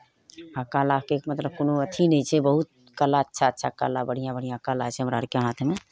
आ कलाके मतलब कोनो अथी नहि छै बहुत कला अच्छा अच्छा कला छै बढ़िआँ बढ़िआँ कला छै हमरा आरके हाथमे